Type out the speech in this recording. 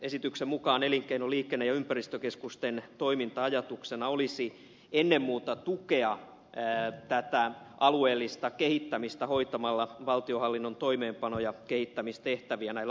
esityksen mukaan elinkeino liikenne ja ympäristökeskusten toiminta ajatuksena olisi ennen muuta tukea tätä alueellista kehittämistä hoitamalla valtionhallinnon toimeenpano ja kehittämistehtäviä näillä alueilla